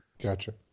Gotcha